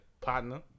partner